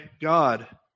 God